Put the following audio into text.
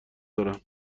دارم